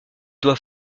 doit